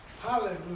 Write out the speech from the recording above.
Hallelujah